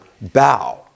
bow